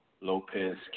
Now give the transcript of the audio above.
Lopez